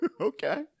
Okay